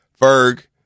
Ferg